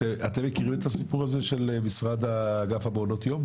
ואחד הסיפורים זה באמת הנושא של האגף למעונות יום,